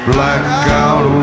Blackout